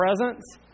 presence